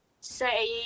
say